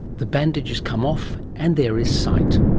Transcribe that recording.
the bandages come off and there is sight.